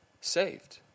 saved